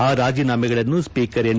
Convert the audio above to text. ಆ ರಾಜೀನಾಮೆಗಳನ್ನು ಸ್ವೀಕರ್ ಎನ್